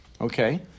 Okay